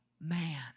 man